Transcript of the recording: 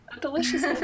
delicious